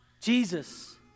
Jesus